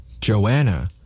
Joanna